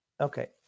okay